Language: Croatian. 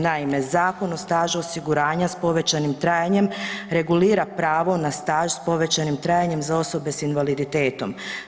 Naime, Zakon o stažu osiguranja s povećanim trajanjem regulira pravo na staž s povećanim trajanjem za osobe s invaliditetom.